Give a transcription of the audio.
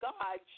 God